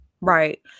Right